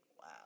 Wow